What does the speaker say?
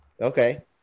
Okay